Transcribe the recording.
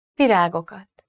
virágokat